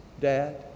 Dad